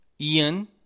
Ian